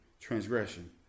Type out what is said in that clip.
transgression